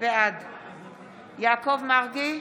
בעד יעקב מרגי,